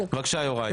בבקשה יוראי.